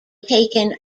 taken